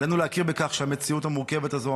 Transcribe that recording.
עלינו להכיר בכך שהמציאות המורכבת הזו,